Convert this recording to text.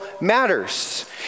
matters